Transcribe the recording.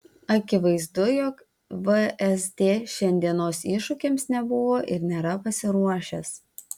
akivaizdu jog vsd šiandienos iššūkiams nebuvo ir nėra pasiruošęs